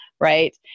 right